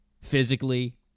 physically